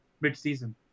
mid-season